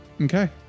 Okay